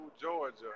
Georgia